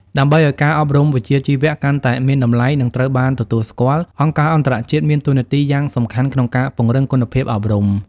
ដើម្បីឱ្យការអប់រំវិជ្ជាជីវៈកាន់តែមានតម្លៃ និងត្រូវបានទទួលស្គាល់ អង្គការអន្តរជាតិមានតួនាទីយ៉ាងសំខាន់ក្នុងការពង្រឹងគុណភាពអប់រំ។